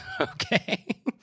Okay